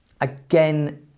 again